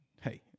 hey